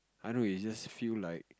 I know it's just feel like